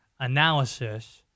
analysis